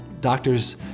doctors